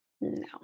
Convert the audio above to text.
No